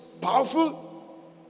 powerful